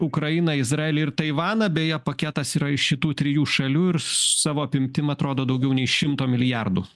ukrainą izraelį ir taivaną beje paketas yra iš šitų trijų šalių ir savo apimtim atrodo daugiau nei šimto milijardų